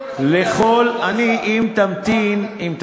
לא מבין את